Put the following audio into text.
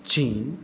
चीन